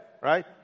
right